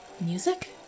Music